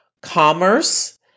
commerce